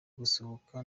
gusohoka